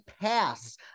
pass